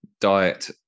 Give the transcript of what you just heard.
diet